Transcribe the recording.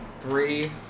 three